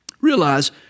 Realize